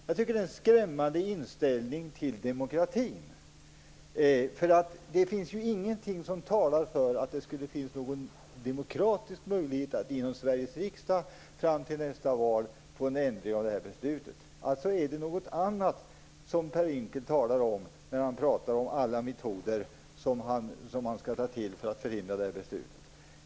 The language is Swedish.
Jag tycker att det är en skrämmande inställning till demokratin, för det finns ju ingenting som talar för att det skulle finnas någon demokratisk möjlighet att fram till nästa val få till stånd en ändring av beslutet inom Sveriges riksdag. Alltså är det något annat som Per Unckel talar om när han talar om alla metoder som han skall ta till för att förhindra det här beslutet.